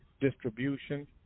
distribution